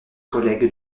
collègue